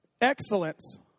Excellence